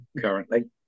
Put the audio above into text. currently